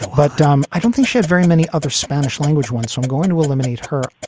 but um i don't think she had very many other spanish language ones. so i'm going to eliminate her.